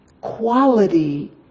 quality